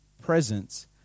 presence